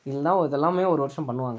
இல்லைனா இதெல்லாம் ஒரு வருடம் பண்ணுவாங்க